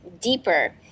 deeper